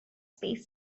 space